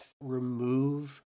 remove